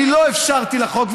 אני לא אפשרתי לחוק,